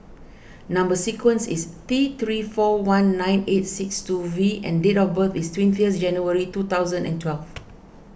Number Sequence is T three four one nine eight six two V and date of birth is twentieth January two thousand and twelve